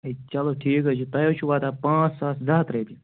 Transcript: ہے چلو ٹھیٖک حظ چھُ تۄہہِ حظ چھُو واتان پانٛژھ ساس زٕ ہَتھ رۄپیہِ